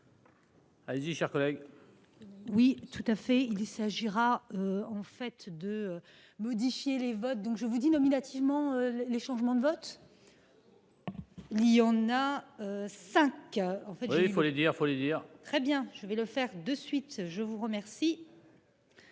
Allez-y, chers collègues. Oui tout à fait, il s'agira en fait de modifier les votes. Donc je vous dis nominativement les changements de vote. Il en a. 5h. Oui, il faut le dire, faut le dire. Très bien, je vais le faire de suite, je vous remercie.